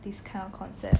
this kind of concept